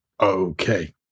Okay